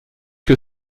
que